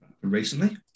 Recently